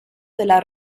della